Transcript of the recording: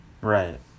Right